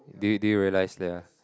they did realize they are